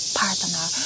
partner